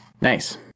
Nice